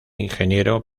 ingeniero